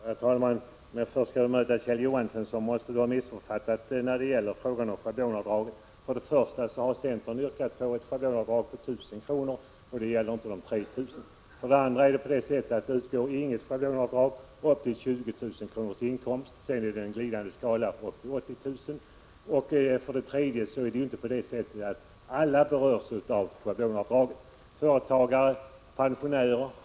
Herr talman! Först vill jag bemöta Kjell Johansson, som måste ha missuppfattat mig när det gäller schablonavdraget. För det första har centern yrkat på ett schablonavdrag på 1 000 kr. och inte på 3 000 kr. För det andra utgår inget schablonavdrag upp till 20 000 kr. inkomst. Sedan är det en glidande skala upp till 80 000 kr. För det tredje berörs inte alla av schablonavdraget, t.ex. företagare och pensionärer.